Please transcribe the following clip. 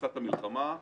בתפיסת המלחמה.